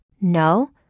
No